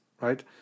right